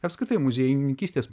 apskritai muziejininkystės